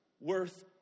worth